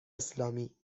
اسلامی